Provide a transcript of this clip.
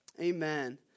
amen